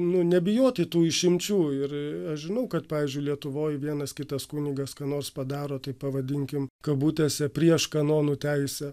nu nebijoti tų išimčių ir aš žinau kad pavyzdžiui lietuvoj vienas kitas kunigas ką nors padaro taip pavadinkim kabutėse prieš kanonų teisę